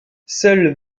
seule